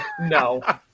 no